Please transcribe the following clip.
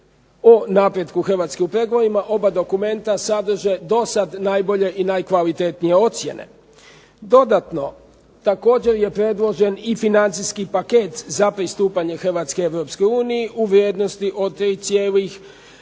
o napretku Hrvatske u pregovorima, oba dokumenta sadrže dosad najbolje i najkvalitetnije ocjene. Dodatno također je predložen i financijski paket za pristupanje Hrvatske Europskoj uniji u vrijednosti od 3,568